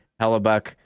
Hellebuck